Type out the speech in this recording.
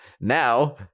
Now